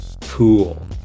cool